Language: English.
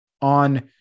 on